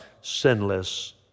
sinless